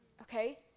okay